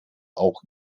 auch